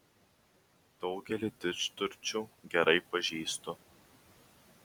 daugelį didžturčių gerai pažįstu